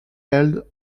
held